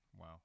Wow